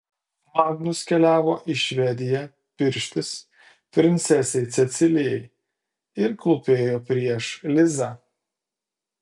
magnus keliavo į švediją pirštis princesei cecilijai ir klūpėjo prieš lizą